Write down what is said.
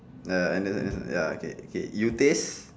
uh Andes Andes ya okay okay you taste